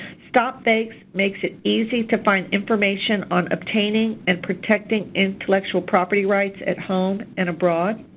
stopfakes makes it easy to find information on obtaining and protecting intellectual property rights at home and abroad.